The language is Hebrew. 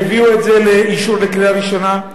והביאו את זה לאישור בקריאה ראשונה.